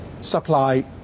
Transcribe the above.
supply